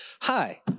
hi